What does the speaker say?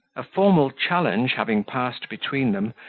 a formal challenge having passed between them,